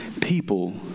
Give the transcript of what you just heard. people